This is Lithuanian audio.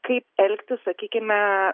kaip elgtis sakykime